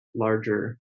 larger